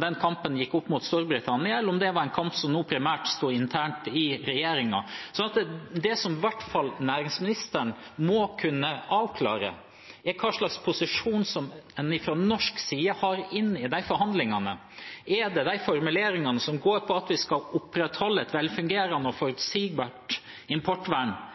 den kampen gikk opp mot Storbritannia, eller om det var en kamp som nå primært sto internt i regjeringen. Det næringsministeren i hvert fall må kunne avklare, er hva slags posisjon man fra norsk side har inn i de forhandlingene. Er det de formuleringene i Granavolden-plattformen som går på at vi skal opprettholde et «velfungerende og forutsigbart importvern»,